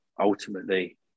ultimately